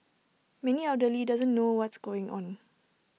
many elderly doesn't know what's going on